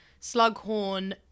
Slughorn